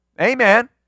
Amen